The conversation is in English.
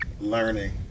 learning